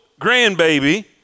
grandbaby